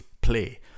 play